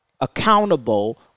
accountable